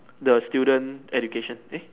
the student education eh